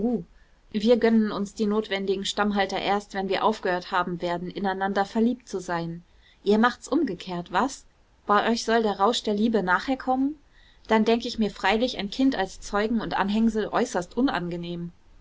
wir gönnen uns den notwendigen stammhalter erst wenn wir aufgehört haben werden ineinander verliebt zu sein ihr macht's umgekehrt was bei euch soll der rausch der liebe nachher kommen dann denk ich mir freilich ein kind als zeugen und anhängsel äußerst unangenehm